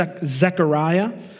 Zechariah